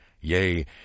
Yea